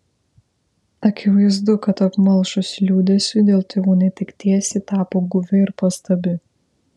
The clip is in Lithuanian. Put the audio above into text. akivaizdu kad apmalšus liūdesiui dėl tėvų netekties ji tapo guvi ir pastabi